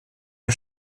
der